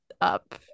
up